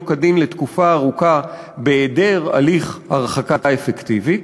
כדין לתקופה ארוכה בהיעדר הליך הרחקה אפקטיבי.